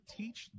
teach